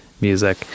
music